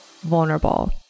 vulnerable